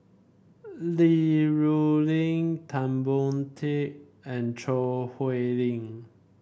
Li Rulin Tan Boon Teik and Choo Hwee Lim